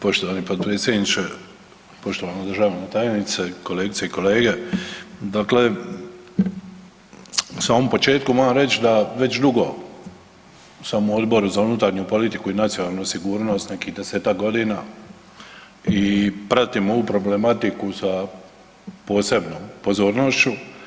Poštovani potpredsjedniče, poštovana državna tajnice, kolegice i kolege, dakle u samom početku moram reći da već dugo sam u Odboru za unutarnju politiku i nacionalnu sigurnost nekih 10-tak godina i pratim ovu problematiku sa posebnom pozornošću.